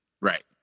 Right